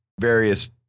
various